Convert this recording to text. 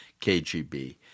KGB